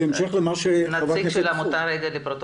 שלום.